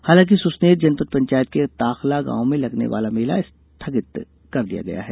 हालांकि सुसनेर जनपद पंचायत के ताखला गॉव में लगने वाला मेला स्थगित कर दिया गया है